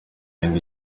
yindi